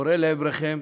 קורא לעברכם: